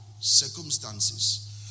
circumstances